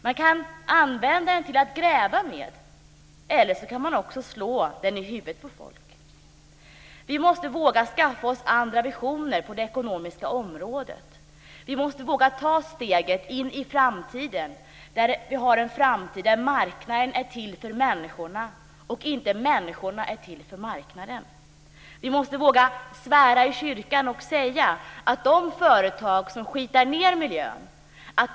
Man kan använda den till att gräva med, eller så kan man slå den i huvudet på folk. Vi måste våga skaffa oss andra visioner på det ekonomiska området. Vi måste våga ta steget in i framtiden, en framtid där marknaden är till för människorna och inte människorna är till för marknaden. Vi måste våga svära i kyrkan och säga att vi tar de företag som skitar ned miljön i örat.